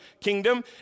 kingdom